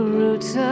roots